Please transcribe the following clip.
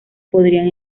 podrían